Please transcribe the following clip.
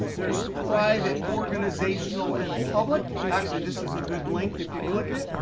there's private, organizational, and public. actually, this is a good link. if you click it,